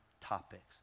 topics